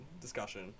discussion